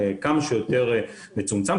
כמה שיותר מצומצם,